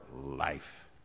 life